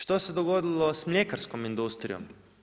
Što se dogodilo sa mljekarskom industrijom?